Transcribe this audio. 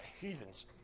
heathens